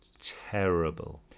terrible